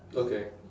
okay